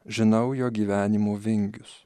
žinau jo gyvenimo vingius